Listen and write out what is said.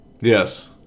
Yes